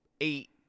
eight